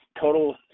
total